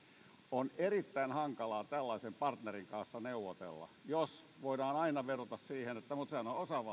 on erittäin hankalaa tällaisen partnerin kanssa neuvotella jos voidaan aina vedota siihen että sehän on osavaltio jossa